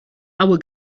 our